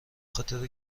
خاطر